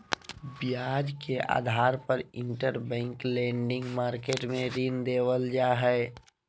ब्याज के आधार पर इंटरबैंक लेंडिंग मार्केट मे ऋण देवल जा हय